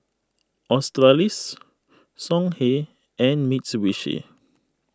Australis Songhe and Mitsubishi